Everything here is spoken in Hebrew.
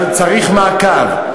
בסדר, ועדת החוץ והביטחון, אבל צריך מעקב.